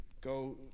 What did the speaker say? go